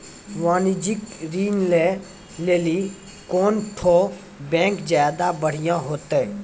वाणिज्यिक ऋण लै लेली कोन ठो बैंक ज्यादा बढ़िया होतै?